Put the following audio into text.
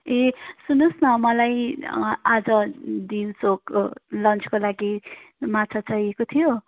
ए सुन्नुहोस् न मलाई आज दिउँसोको लन्चको लागि माछा चाहिएको थियो